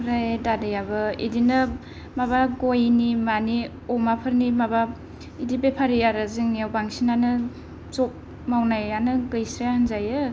ओमफ्राय दादायाबो इदिनो माबा गयनि मानि अमाफोरनि माबा इदि बेफारि आरो जोंनियाव बांसिनानो जब मावनायानो गैस्राया होनजायो